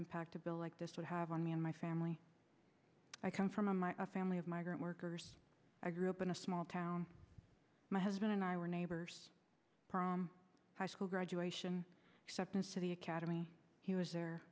impact a bill like this would have on me and my family i come from a my a family of migrant workers i grew up in a small town my husband and i were neighbors from high school graduation exceptions to the academy he was